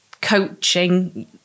coaching